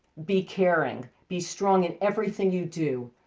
be caring, be strong in everything you do.